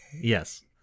Yes